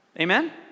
Amen